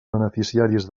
beneficiaris